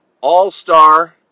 All-Star